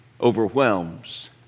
overwhelms